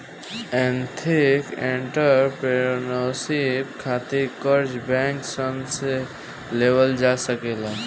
ethnic entrepreneurship खातिर कर्जा bank सन से लेवल जा सकेला